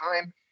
time